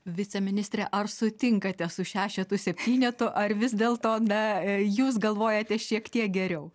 viceministre ar sutinkate su šešetu septynetu ar vis dėlto na jūs galvojate šiek tiek geriau